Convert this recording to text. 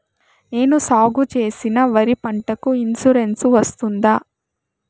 నేను సాగు చేసిన వరి పంటకు ఇన్సూరెన్సు వస్తుందా?